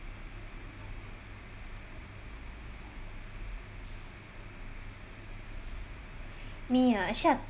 me ah actually